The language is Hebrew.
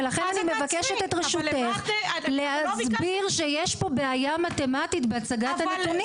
ולכן אני מבקשת את רשותך להסביר שיש פה בעיה מתמטית בהצגת הנתונים.